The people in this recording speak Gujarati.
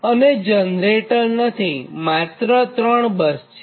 અને જનરેટર નથીમાત્ર ત્રણ બસ છે